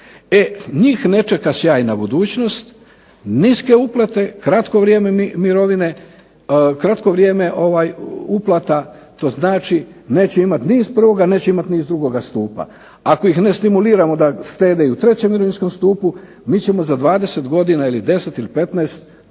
njih ne čeka sjajna budućnost, niske uplate, kratko vrijeme uplate, to znači neće imati ni iz prvoga ni iz drugoga stupa. Ako ih ne stimuliramo da štede i u trećem mirovinskom stupu, mi ćemo za 20 godina ili 10 ili 15 nadam